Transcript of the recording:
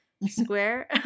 Square